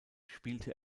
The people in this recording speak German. spielte